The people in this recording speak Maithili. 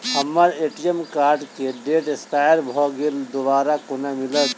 हम्मर ए.टी.एम कार्ड केँ डेट एक्सपायर भऽ गेल दोबारा कोना मिलत?